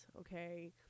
okay